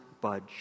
budge